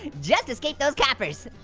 just escaped those coppers.